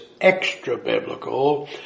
extra-biblical